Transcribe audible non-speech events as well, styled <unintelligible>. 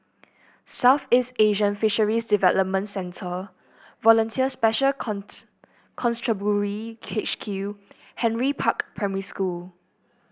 Southeast Asian Fisheries Development Centre Volunteer Special <unintelligible> Constabulary H Q Henry Park Primary School